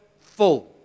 full